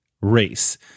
race